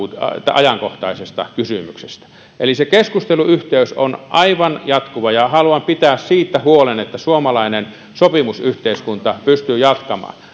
ajankohtaisesta kysymyksestä se keskusteluyhteys on aivan jatkuva ja haluan pitää siitä huolen että suomalainen sopimusyhteiskunta pystyy jatkamaan